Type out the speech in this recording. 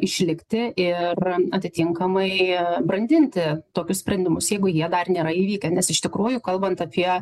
išlikti ir atitinkamai brandinti tokius sprendimus jeigu jie dar nėra įvykę nes iš tikrųjų kalbant apie